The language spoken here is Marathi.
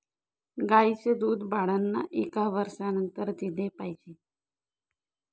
गाईचं दूध बाळांना एका वर्षानंतर दिले पाहिजे